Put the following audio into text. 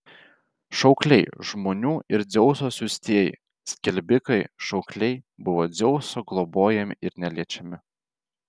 šaukliai žmonių ir dzeuso siųstieji skelbikai šaukliai buvo dzeuso globojami ir neliečiami